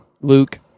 Luke